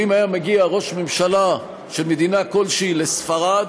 שאם היה מגיע ראש ממשלה של מדינה כלשהי לספרד